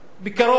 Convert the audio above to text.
בקרוב מאוד